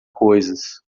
coisas